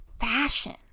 fashion